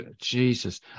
Jesus